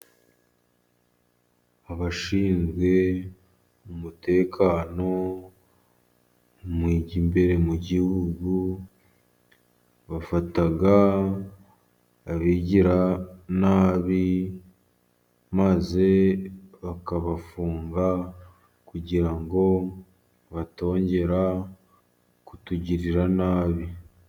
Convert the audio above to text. Abashinzwe umutekano imbere mu gihugu, bafata abigira nabi maze bakabafunga, kugira ngo batongera kutugirira nabi.